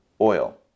oil